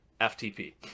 FTP